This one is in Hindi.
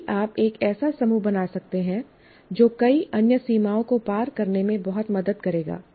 यदि आप एक ऐसा समूह बना सकते हैं जो कई अन्य सीमाओं को पार करने में बहुत मदद करेगा